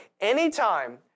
anytime